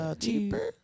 Cheaper